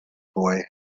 boy